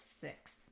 six